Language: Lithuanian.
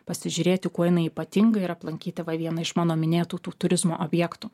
pasižiūrėti kuo jinai ypatinga ir aplankyti va vieną iš mano minėtų tų turizmo objektų